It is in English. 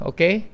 Okay